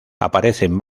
aparecen